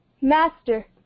master